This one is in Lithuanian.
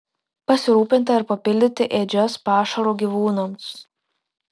pasirūpinta ir papildyti ėdžias pašaru gyvūnams